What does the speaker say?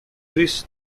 this